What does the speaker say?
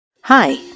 Hi